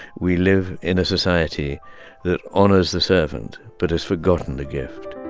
we live in a society that honors the servant but has forgotten the gift